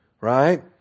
Right